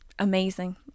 amazing